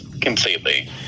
completely